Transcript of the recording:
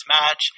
match